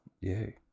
Yay